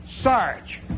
Sarge